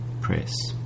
Press